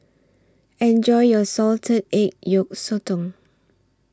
Enjoy your Salted Egg Yolk Sotong